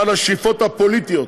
בעל השאיפות הפוליטיות,